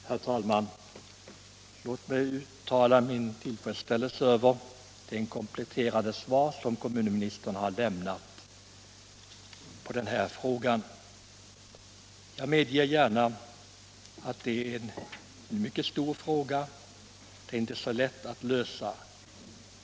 Herr talman! Låt mig uttala min tillfredsställelse över det kompletterande svar som kommunministern har lämnat på denna fråga. Jag medger gärna att det gäller ett mycket stort problem, som inte är så lätt att lösa.